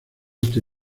este